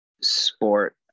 sport